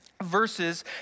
verses